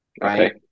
right